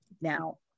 now